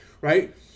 right